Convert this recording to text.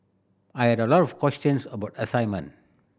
I had a lot of questions about assignment